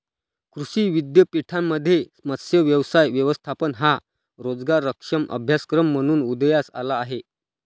कृषी विद्यापीठांमध्ये मत्स्य व्यवसाय व्यवस्थापन हा रोजगारक्षम अभ्यासक्रम म्हणून उदयास आला आहे